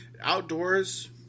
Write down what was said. Outdoors